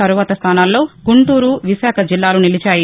తరువాత స్థానాల్లో గుంటూరు విశాఖ జిల్లాలు నిలిచాయి